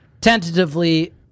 Tentatively